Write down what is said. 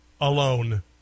alone